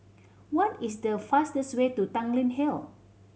what is the fastest way to Tanglin Hill